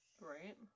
Right